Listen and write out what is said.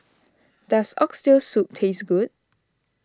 does Oxtail Soup taste good